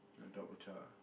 I adopt a child